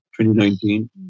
2019